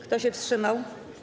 Kto się wstrzymał?